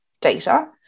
data